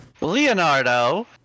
Leonardo